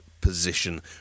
position